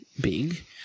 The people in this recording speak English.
big